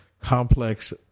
complex